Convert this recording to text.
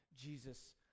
Jesus